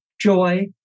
joy